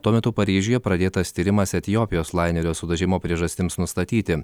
tuo metu paryžiuje pradėtas tyrimas etiopijos lainerio sudužimo priežastims nustatyti